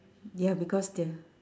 ya because they're